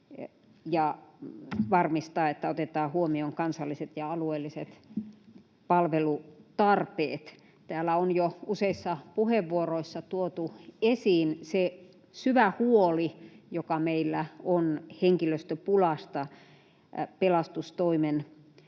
ja varmistaa, että otetaan huomioon kansalliset ja alueelliset palvelutarpeet. Täällä on jo useissa puheenvuoroissa tuotu esiin se syvä huoli, joka meillä on henkilöstöpulasta pelastustoimen alueella.